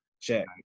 check